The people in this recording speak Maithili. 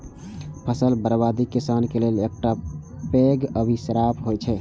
फसल बर्बादी किसानक लेल एकटा पैघ अभिशाप होइ छै